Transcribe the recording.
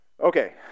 Okay